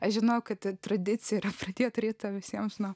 aš žinojau kad tradicija yra pradėti rytą visiems nuo